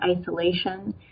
isolation